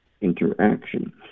interaction